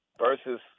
versus